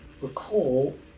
recall